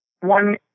one